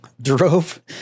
Drove